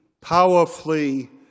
powerfully